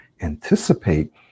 anticipate